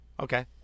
Okay